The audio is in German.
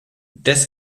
des